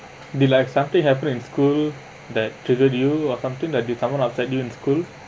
it like something happened in school that to do to you or something that did someone upset you in school